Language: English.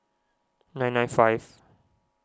nine nine five